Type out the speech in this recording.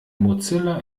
mozilla